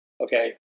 okay